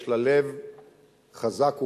יש לה לב חזק ופועם,